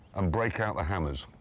um break out the hammers.